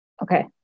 Okay